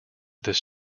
this